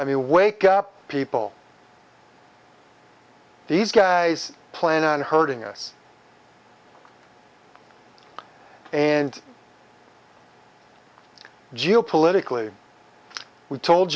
i mean we wake up people these guys plan on hurting us and geopolitically we told